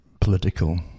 political